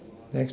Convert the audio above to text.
next